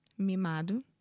mimado